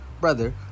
brother